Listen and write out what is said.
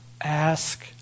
ask